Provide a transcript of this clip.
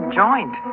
joint